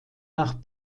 nach